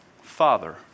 Father